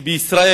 בבקשה.